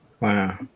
Wow